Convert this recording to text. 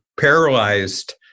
paralyzed